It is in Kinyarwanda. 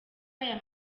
aya